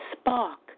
spark